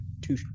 two